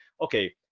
okay